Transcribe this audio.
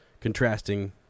contrasting